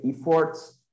efforts